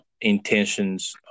intentions